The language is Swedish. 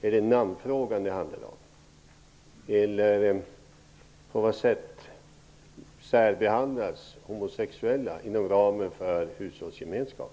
Är det alltså namnfrågan det handlar om, eller på vad sätt särbehandlas homosexuella inom ramen för en lagstiftning om hushållsgemenskap?